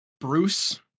Bruce